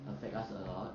affect us a lot